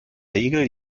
regel